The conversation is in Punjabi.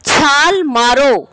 ਛਾਲ ਮਾਰੋ